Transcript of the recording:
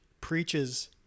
preaches